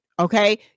okay